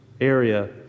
area